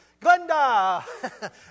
Glenda